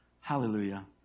Hallelujah